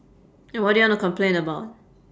and what do you wanna complain about